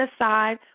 aside